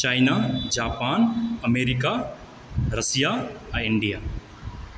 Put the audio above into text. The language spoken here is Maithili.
चाइना जापान अमेरिका रसिया आ इण्डिआ